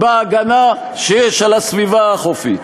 בהגנה שיש על הסביבה החופית.